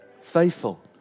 Faithful